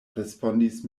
respondis